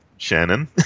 Shannon